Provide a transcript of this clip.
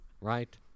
Right